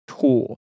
tool